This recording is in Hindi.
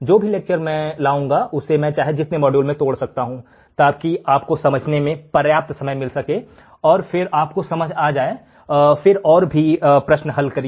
जो भी लेक्चर मैं लाऊंगा उसे मैं चाहे जितने मॉड्यूल्स में ला सकूं ताकि आपके पास समझने के लिए पर्याप्त समय हो और फिर आपको समझ आ जाए फिर और अधिक हल करिए